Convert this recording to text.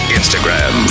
Instagram